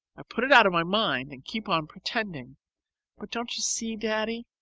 i put it out of my mind, and keep on pretending but don't you see, daddy?